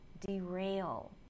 derail